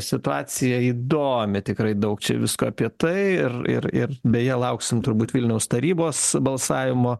situacija įdomi tikrai daug čia visko apie tai ir ir ir beje lauksim turbūt vilniaus tarybos balsavimo